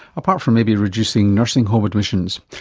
apart from maybe reducing nursing home admissions.